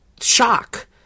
shock